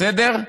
בסדר?